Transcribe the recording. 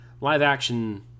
live-action